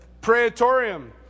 praetorium